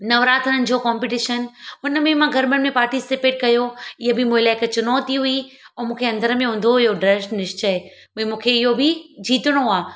नवरात्रनि जो कॉम्पिटीशन उन में मां गरबनि पार्टिसिपेट कयो इहो बि मुंहिंजे लाइ हिकु चुनौती हुई ऐं मुखे अंदरि में हूंदो हुयो ड्रढ निश्चय भई मूंखे इहो बि जीतणो आहे